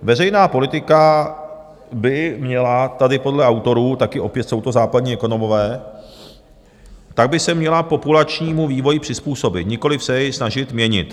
Veřejná politika by měla tady podle autorů, taky opět jsou to západní ekonomové, tak by se měla populačnímu vývoji přizpůsobit, nikoliv se jej snažit měnit.